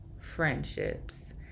friendships